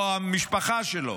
או אם המשפחה שלו